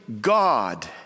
God